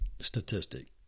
Statistic